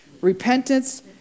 Repentance